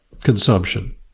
consumption